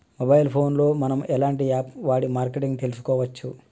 Mobile phone లో మనం ఎలాంటి యాప్ వాడి మార్కెటింగ్ తెలుసుకోవచ్చు?